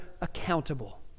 accountable